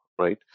right